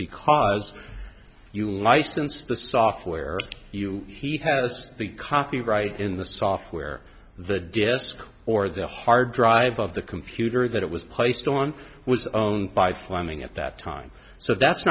because you licensed the software you he has the copyright in the software the disk or the hard drive of the computer that it was placed on was own five flemming at that time so that's